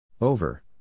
Over